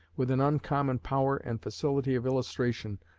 with an uncommon power and facility of illustration,